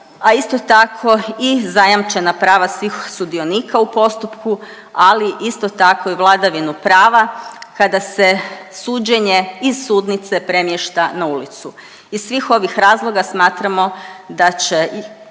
a isto tako i zajamčena prava svih sudionika u postupku ali isto tako i vladavinu prava kada se suđenje iz sudnice premješta na ulicu. Iz svih ovih razloga smatramo da će